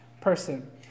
person